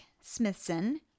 Smithson